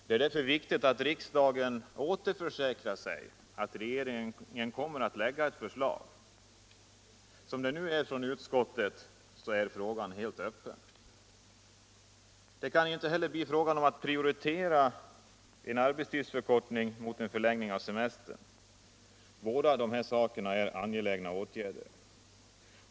Det är viktigt att riksdagen försäkrar sig om att regeringen kommer att framlägga ett förslag. Med utskottets nuvarande inställning är frågan helt öppen. Det kan inte heller bli fråga om att prioritera en arbetstidsförkortning i stället för en förlängning av semestern — båda dessa saker är angelägna åtgärder.